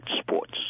sports